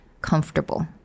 comfortable